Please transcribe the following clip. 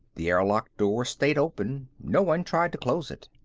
the airlock door stayed open no one tried to close it.